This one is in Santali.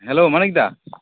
hello Manik the